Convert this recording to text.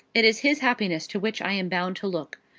it is his happiness to which i am bound to look.